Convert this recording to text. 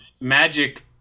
magic